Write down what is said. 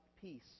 peace